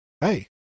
hey